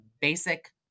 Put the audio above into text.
basic